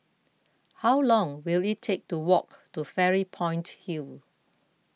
how long will it take to walk to Fairy Point Hill